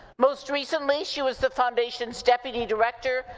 most recently, she was the foundation's deputy director,